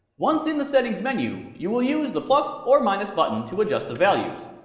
once in the settings menu, you will use the plus or minus button to adjust the values,